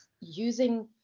using